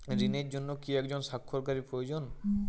ঋণের জন্য কি একজন স্বাক্ষরকারী প্রয়োজন?